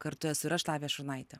kartu esu ir aš lavija šurnaitė